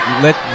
let